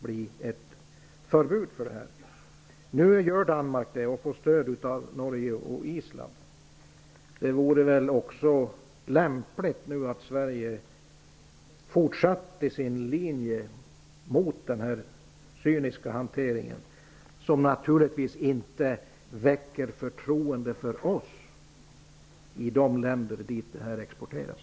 Nu genomför man ett sådant i Danmark, och man får stöd av Norge och Island. Det vore väl lämpligt att Sverige nu fortsatte sin linje mot denna cyniska hantering, som naturligtvis inte väcker förtroende för oss i de länder dit avfallet exporteras.